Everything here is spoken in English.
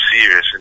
serious